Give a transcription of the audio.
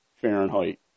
Fahrenheit